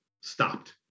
stopped